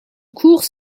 cours